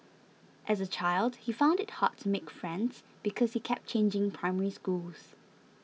as a child he found it hard to make friends because he kept changing Primary Schools